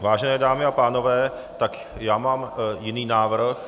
Vážené dámy a pánové, mám jiný návrh.